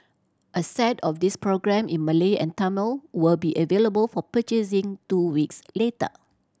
a set of these programmes in Malay and Tamil will be available for purchasing two weeks later